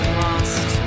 lost